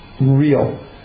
Real